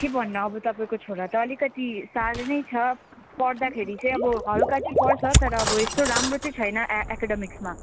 के भन्नु अब तपाईँको छोरा त अलिकति साह्रै नै छ पढ्दाखेरि चाहिँ अब हल्का चाहिँ पढ्छ तर अब यस्तो राम्रो चाहिँ छैन ए एकाडेमिक्समा